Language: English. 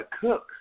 cook